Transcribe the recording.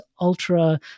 ultra